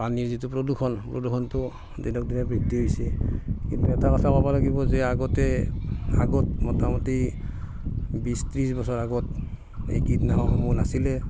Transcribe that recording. পানীৰ যিটো প্ৰদূষণ প্ৰদূষণটো দিনক দিনে বৃদ্ধি হৈছে কিন্তু এটা কথা ক'ব লাগিব যে আগতে আগত মোটামুটি বিছ ত্ৰিছ বছৰ আগত এই কীটনাশকবোৰ নাছিলে